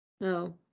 no